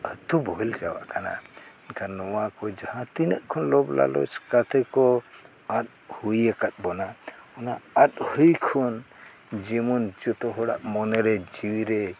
ᱟᱹᱛᱩᱼᱵᱚᱦᱮᱞ ᱪᱟᱵᱟᱜ ᱠᱟᱱᱟ ᱮᱱᱠᱷᱟᱱ ᱱᱚᱣᱟ ᱠᱚ ᱡᱟᱦᱟᱸ ᱛᱤᱱᱟᱹᱜ ᱠᱷᱚᱱ ᱞᱚᱵᱷᱼᱞᱟᱞᱚᱪ ᱠᱟᱛᱮᱫ ᱠᱚ ᱟᱫ ᱦᱩᱭ ᱟᱠᱟᱫ ᱵᱚᱱᱟ ᱚᱱᱟ ᱟᱫ ᱦᱩᱭ ᱠᱷᱚᱱ ᱡᱮᱢᱚᱱ ᱡᱚᱛᱚ ᱦᱚᱲᱟᱜ ᱢᱚᱱᱮᱨᱮ ᱡᱤᱣᱤᱨᱮ